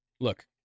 Look